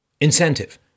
incentive